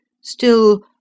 Still